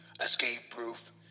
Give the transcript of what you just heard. escape-proof